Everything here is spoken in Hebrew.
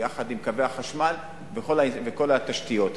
ויחד עם קווי החשמל וכל התשתיות.